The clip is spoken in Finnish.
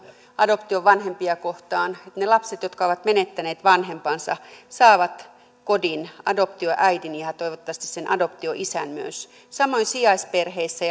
adoptiovanhempia kohtaan ne lapset jotka ovat menettäneet vanhempansa saavat kodin adoptioäidin ja ja toivottavasti sen adoptioisän myös samoin sijaisperheissä